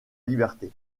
liberté